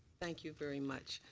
thank you very much.